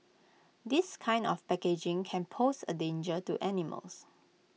this kind of packaging can pose A danger to animals